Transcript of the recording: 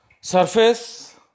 surface